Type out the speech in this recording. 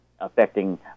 affecting